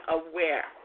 aware